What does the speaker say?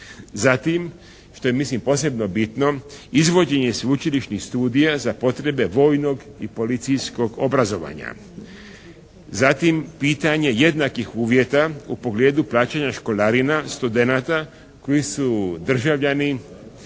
Zatim, što je mislim posebno bitno izvođenje sveučilišnih studija za potrebe vojnog i policijskog obrazovanja. Zatim, pitanje jednakih uvjeta u pogledu plaćanja školarina studenata koji su državljani